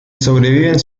sobreviven